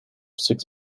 six